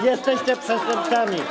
Jesteście przestępcami.